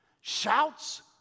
shouts